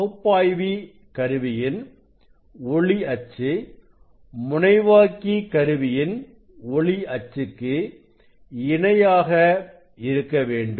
பகுப்பாய்வி கருவியின் ஒளி அச்சு முனைவாக்கி கருவியின் ஒளி அச்சுக்கு இணையாக இருக்க வேண்டும்